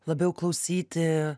labiau klausyti